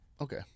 okay